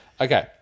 Okay